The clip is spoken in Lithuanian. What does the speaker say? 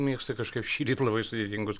mėgsti kažkaip šįryt labai sudėtingus